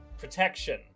protection